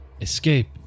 escape